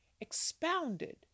expounded